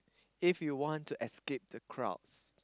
if you wan to escape the crowd